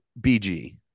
BG